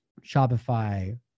Shopify